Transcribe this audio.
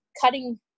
cutting